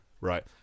right